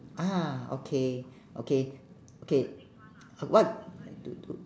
ah okay okay okay uh what to